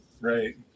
Right